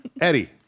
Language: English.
Eddie